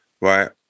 right